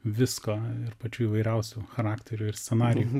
visko ir pačių įvairiausių charakterių ir scenarijų